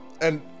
and-